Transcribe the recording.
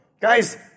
Guys